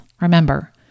Remember